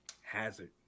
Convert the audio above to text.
hazard